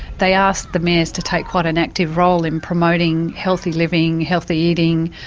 they ask the mayors to take quite an active role in promoting healthy living, healthy eating,